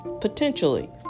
potentially